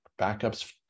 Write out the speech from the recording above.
backups